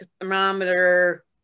thermometer